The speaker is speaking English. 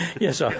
Yes